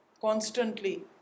constantly